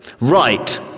right